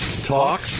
talk